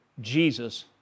Jesus